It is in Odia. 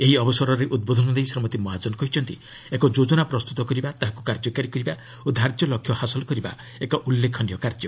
ଏହି ଅବସରରେ ଉଦ୍ବୋଧନ ଦେଇ ଶ୍ରୀମତୀ ମହାଜନ କହିଛନ୍ତି ଏକ ଯୋଜନା ପ୍ରସ୍ତୁତ କରିବା ତାହାକୁ କାର୍ଯ୍ୟକାରୀ କରିବା ଓ ଧାର୍ଯ୍ୟ ଲକ୍ଷ୍ୟ ହାସଲ କରିବା ଏକ ଉଲ୍ଲେଖନୀୟ କାର୍ଯ୍ୟ